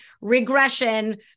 regression